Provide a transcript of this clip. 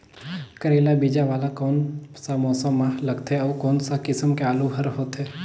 करेला बीजा वाला कोन सा मौसम म लगथे अउ कोन सा किसम के आलू हर होथे?